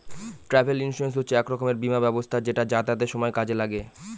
travel insurance হচ্ছে এক রকমের বীমা ব্যবস্থা যেটা যাতায়াতের সময় কাজে লাগে